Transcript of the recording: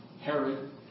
Herod